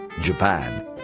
Japan